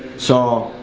so,